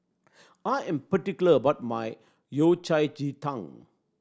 I am particular about my Yao Cai ji tang